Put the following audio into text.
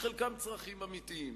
שחלקם צרכים אמיתיים.